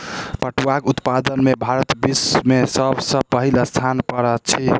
पटुआक उत्पादन में भारत विश्व में सब सॅ पहिल स्थान पर अछि